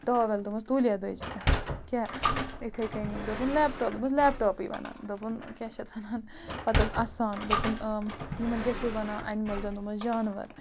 towel دوٚپمَس توٗلیَہ دٔج کیٛاہ یِتھَے کٔنی دوٚپُن لیپٹاپ دوٚپمَس لیپٹاپٕے وَنان دوٚپُن کیٛاہ چھِ اَتھ وَنان پَتہٕ ٲس اَسان دوٚپُن یِمَن کیٛاہ چھُو وَنان اَنمٕلزَن دوٚپمَس جانوَر